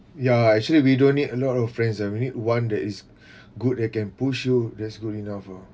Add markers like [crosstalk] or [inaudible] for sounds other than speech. ya actually we don't need a lot of friends ah we need one that is [breath] good that can push you that's good enough uh